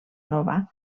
nova